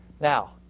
Now